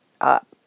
up